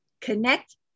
Connect